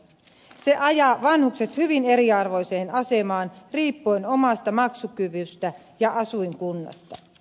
se ajaa vanhukset hyvin eriarvoiseen asemaan riippuen omasta maksukyvystä ja asuinkunnasta